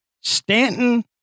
Stanton